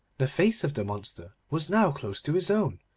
the face of the monster was now close to his own,